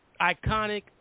iconic